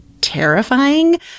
terrifying